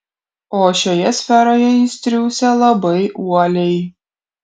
o šioje sferoje jis triūsia labai uoliai